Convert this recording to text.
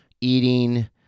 eating